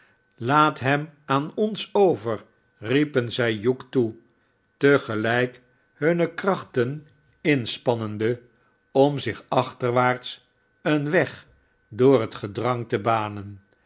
laat hem aan ons over riepen zij hugh toe te gelijk hunne trachten inspannende om zich achterwaarts een weg door het gedrang te banen